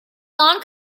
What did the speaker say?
non